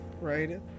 right